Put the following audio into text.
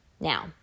Now